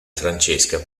francesca